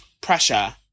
pressure